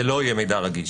זה לא יהיה מידע רגיש.